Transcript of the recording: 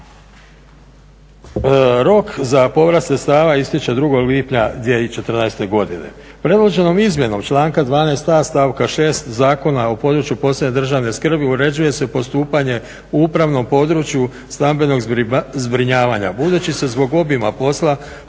Rok za povrat sredstava istječe 2. lipnja 2014. godine. Predloženom izmjenom članka 12. a stavka 6. Zakona o području posebne državne skrbi uređuje se postupanje u upravnom području stambenog zbrinjavanja. Budući se zbog obima posla